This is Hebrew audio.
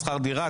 שכר דירה,